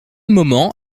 moment